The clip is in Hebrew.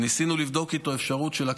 וניסינו לבדוק איתו אפשרות לקחת,